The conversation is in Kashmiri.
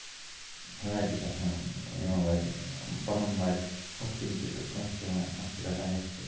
ہُمہِ آیہِ تہِ چھُ آسان یِوان پَنُن مَزٕ چھُ ہُتھ کٔنۍ تہِ تہٕ کانہہ چھُ یِوان کانہہ چھُ رَٹان یَتھ کٔنۍ